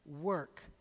work